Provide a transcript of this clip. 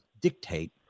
dictate